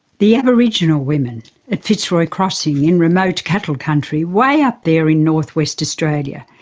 the aboriginal women at fitzroy crossing, in remote cattle country, way up there in north-west australia,